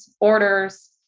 orders